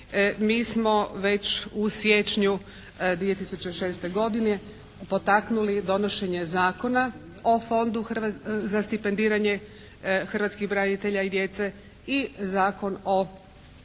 mi smo već u siječnju 2006. godine potaknuli donošenje Zakona o Fondu za stipendiranje hrvatskih branitelja i djece i Zakon o